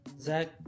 Zach